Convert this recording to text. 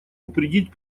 упредить